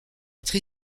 être